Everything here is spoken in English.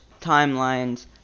timelines